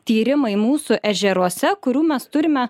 tyrimai mūsų ežeruose kurių mes turime